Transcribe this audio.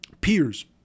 Peers